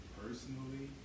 personally